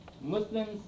Muslims